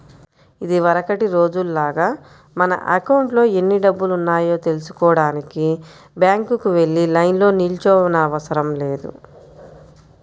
ఇదివరకటి రోజుల్లాగా మన అకౌంట్లో ఎన్ని డబ్బులున్నాయో తెల్సుకోడానికి బ్యాంకుకి వెళ్లి లైన్లో నిల్చోనవసరం లేదు